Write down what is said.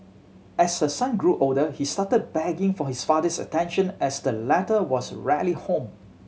as her son grew older he started begging for his father's attention as the latter was rarely home